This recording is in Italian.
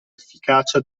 efficacia